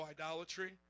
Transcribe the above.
idolatry